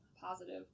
positive